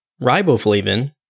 Riboflavin